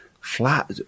flat